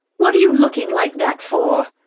what are you looking like that for?